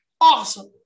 awesome